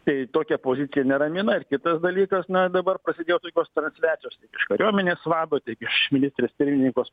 tai tokia pozicija neramina ir kitas dalykas na dabar prasidėjo tokios transliacijos iš kariuomenės vado tiek iš ministrės pirmininkos